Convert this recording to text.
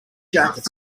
jacket